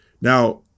Now